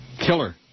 Killer